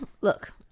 look